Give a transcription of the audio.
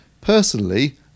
Personally